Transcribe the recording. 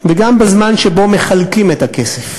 וגם בזמן שמחלקים את הכסף.